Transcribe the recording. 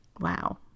Wow